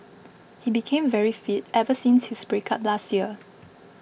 he became very fit ever since his breakup last year